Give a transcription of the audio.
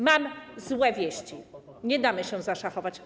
Mam złe wieści - nie damy się zaszachować.